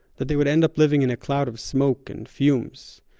that they would end up living in a cloud of smoke and fumes.